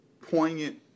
poignant